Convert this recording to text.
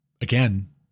again